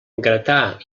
gratar